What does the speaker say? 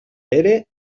pere